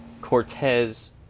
Cortez